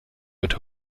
wird